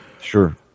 Sure